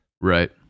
Right